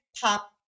pop